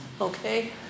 Okay